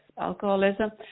alcoholism